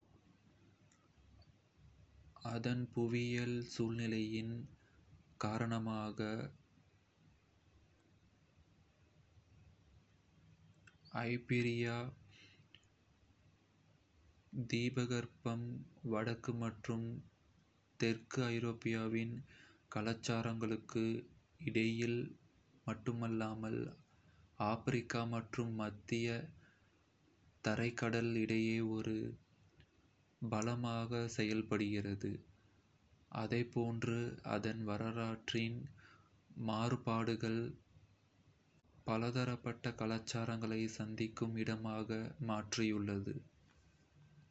அதன் புவியியல் சூழ்நிலையின் காரணமாக, ஐபீரிய தீபகற்பம் வடக்கு மற்றும் தெற்கு ஐரோப்பாவின் கலாச்சாரங்களுக்கு இடையில் மட்டுமல்லாமல், ஆப்பிரிக்கா மற்றும் மத்திய தரைக்கடல் இடையே ஒரு பாலமாக செயல்படுகிறது. அதேபோன்று, அதன் வரலாற்றின் மாறுபாடுகள், பலதரப்பட்ட கலாச்சாரங்களை சந்திக்கும் இடமாக மாற்றியுள்ளது.